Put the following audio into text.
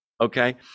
okay